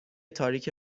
تاریک